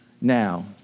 Now